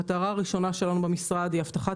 המטרה הראשונה שלנו במשרד היא הבטחת